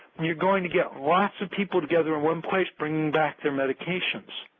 you are going to get lots of people together in one place bringing back their medications.